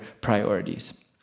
priorities